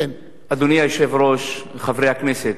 אדוני היושב-ראש, חברי הכנסת,